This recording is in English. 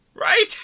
Right